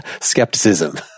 skepticism